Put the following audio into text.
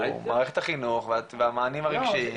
הוא מערכת החינוך והמענים הרגשיים.